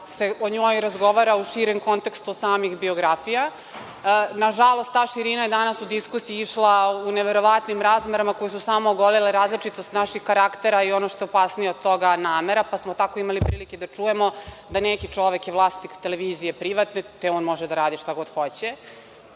se o njoj razgovara u širem kontekstu samih biografija. Nažalost, ta širina je danas u diskusiji išla u neverovatnim razmerama koju su samo ogolele različitost naših karaktera i ono što opasnije od toga, namera, pa smo tako imali prilike da čujemo da neki čovek je vlasnik televizije privatne, te on može da radi šta god hoće